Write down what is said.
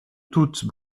toutes